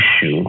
issue